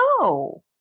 No